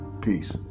Peace